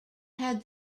had